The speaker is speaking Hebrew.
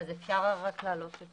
אם אפשר להעלות את